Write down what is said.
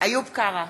איוב קרא,